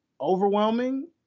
overwhelming